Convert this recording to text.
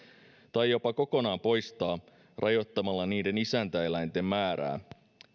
tai jopa kokonaan poistaa rajoittamalla niiden isäntäeläinten määrää